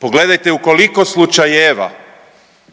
Pogledajte u koliko slučajeva